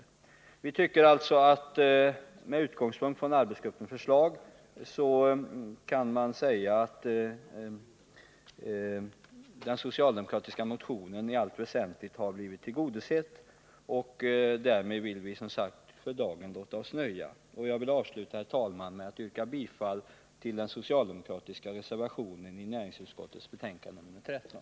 Med utgångspunkt i arbetsgruppens förslag kan man säga att den socialdemokratiska motionen i allt väsentligt tillgodosetts. Därmed vill vi låta oss nöja. Jag vill, herr talman, avsluta mitt anförande med att yrka bifall till den socialdemokratiska reservationen i näringsutskottets betänkande nr 13.